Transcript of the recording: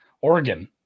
Oregon